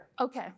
Okay